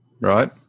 Right